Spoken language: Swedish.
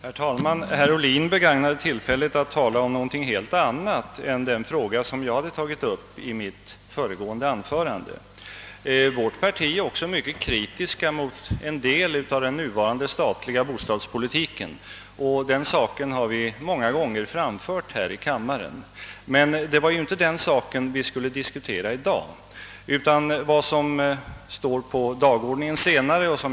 Herr talman! Herr Ohlin begagnar tillfället att tala om någonting helt annat än den fråga som jag hade tagit upp i mitt föregående anförande. Vårt parti är också mycket kritiskt mot en del av den statliga bostadspolitiken, något som vi många gånger framfört här i kammaren, men det är inte den saken vi skall diskutera i dag.